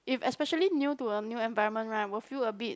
if especially new to a new environment right will feel a bit